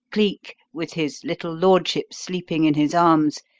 cleek, with his little lordship sleeping in his arms,